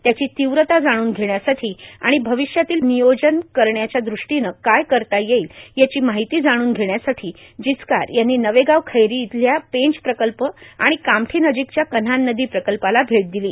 त्याची तीव्रता जाणून घेण्यासाठी आणि भविष्यातील पाण्याचे नियोजन करण्याच्या दृष्टीने काय करता येईल याची माहिती जाणून घेण्यासाठी जिचकार यांनी नवेगाव खैरी येथील पेंच प्रकल्प आणि कामठी नजिकच्या कन्हान नदी प्रकल्पाला भेट दिली